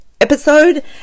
episode